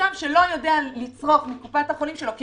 תושב שלא יכול לצרוך מקופת החולים שלו כי